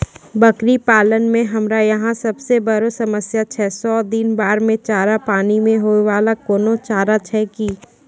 बकरी पालन मे हमरा यहाँ सब से बड़ो समस्या छै सौ दिन बाढ़ मे चारा, पानी मे होय वाला कोनो चारा छै कि?